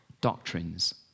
doctrines